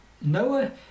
Noah